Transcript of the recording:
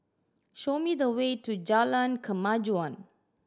show me the way to Jalan Kemajuan